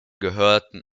gehörten